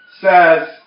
says